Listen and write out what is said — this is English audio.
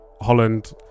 holland